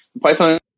Python